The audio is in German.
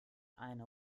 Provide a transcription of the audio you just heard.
eine